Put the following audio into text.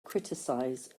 criticize